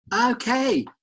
Okay